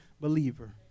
believer